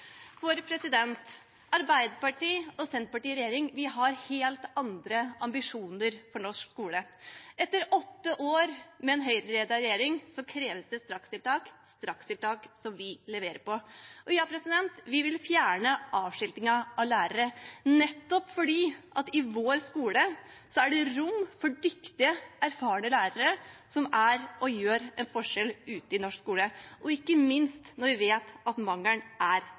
Arbeiderpartiet og Senterpartiet i regjering har helt andre ambisjoner for norsk skole. Etter åtte år med en Høyre-ledet regjering kreves det strakstiltak – strakstiltak som vi leverer på. Vi vil fjerne avskiltingen av lærere, nettopp fordi det i vår skole er rom for dyktige, erfarne lærere som er der og gjør en forskjell ute i norsk skole, og ikke minst når vi vet at mangelen er